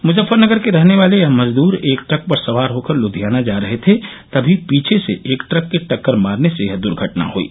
मुजफ्फरनगर के रहने वाले यह मजदूर एक ट्रक पर सवार होकर लुधियाना जा रहे थे तभी पीछे से एक ट्रक के टक्कर मारने से यह दर्घटना हयी